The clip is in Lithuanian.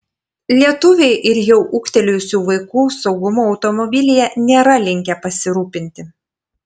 lietuviai ir jau ūgtelėjusių vaikų saugumu automobilyje nėra linkę pasirūpinti